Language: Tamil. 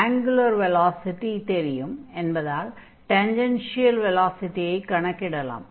ஆங்குலர் வெலாசிடி தெரியும் என்பதால் டான்ஜன்ஷியல் வெலாசிடியை கணக்கிடலாம்